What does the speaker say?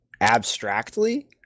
abstractly